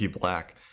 Black